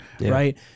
right